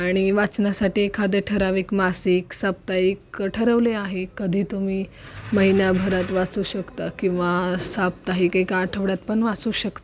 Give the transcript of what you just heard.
आणि वाचण्यासाठी एखादे ठराविक मासिक साप्ताहिक ठरवले आहे कधी तुम्ही महिन्याभरात वाचू शकता किंवा साप्ताहिक एका आठवड्यातपण वाचू शकता